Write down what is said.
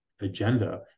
agenda